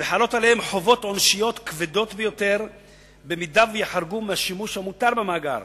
וחלות עליהם חובות עונשיות כבדות ביותר אם יחרגו מהשימוש המותר במאגר.